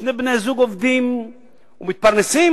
ששני בני-הזוג עובדים ומתפרנסים,